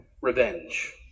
revenge